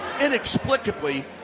inexplicably